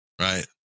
Right